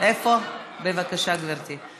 אני פה, בבקשה, גברתי.